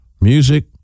Music